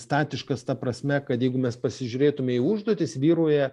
statiškas ta prasme kad jeigu mes pasižiūrėtume į užduotis vyrauja